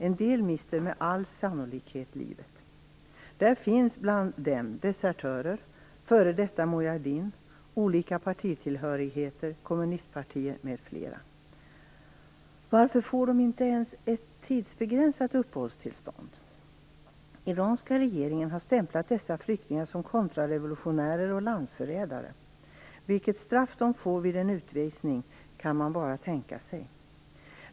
En del mister med all sannolikhet livet. Bland dem finns desertörer, personer från f.d. Mujahedin, med olika partitillhörigheter, från kommunistpartier m.fl. Varför får de inte ens ett tidsbegränsat uppehållstillstånd? Den iranska regeringen har stämplat dessa flyktingar som kontrarevolutionärer och landsförrädare. Vilket straff de får vid en utvisning kan man bara tänka sig.